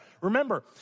Remember